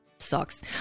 Sucks